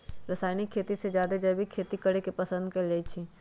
रासायनिक खेती से जादे जैविक खेती करे के पसंद कएल जाई छई